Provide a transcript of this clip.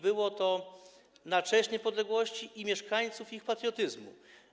Było to na cześć niepodległości, mieszkańców i ich patriotyzmu.